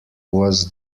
was